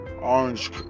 orange